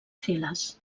files